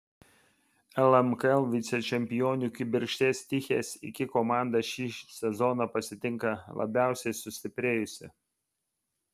lmkl vicečempionių kibirkšties tichės iki komanda šį sezoną pasitinka labiausiai sustiprėjusi